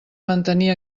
mantenir